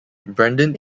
brandon